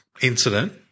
incident